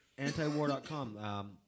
antiwar.com